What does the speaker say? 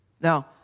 Now